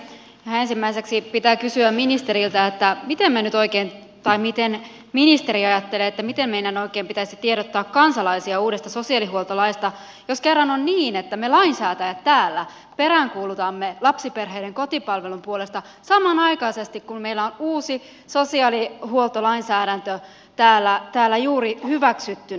ihan ensimmäiseksi pitää kysyä ministeriltä että mikä mennyt oikein tai miten ministeri ajattelee miten meidän oikein pitäisi tiedottaa kansalaisia uudesta sosiaalihuoltolaista jos kerran on niin että me lainsäätäjät täällä peräänkuulutamme lapsiperheiden kotipalvelun puolesta samanaikaisesti kun meillä on uusi sosiaalihuoltolainsäädäntö täällä juuri hyväksyttynä